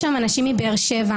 יש שם אנשים מבאר-שבע,